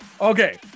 okay